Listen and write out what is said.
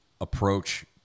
approach